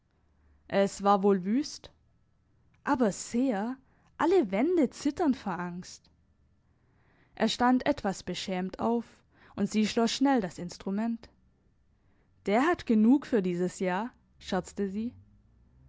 es war wohl wüst aber sehr alle wände zittern vor angst er stand etwas beschämt auf und sie schloss schnell das instrument der hat genug für dieses jahr scherzte sie